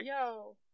Yo